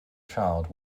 child